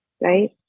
right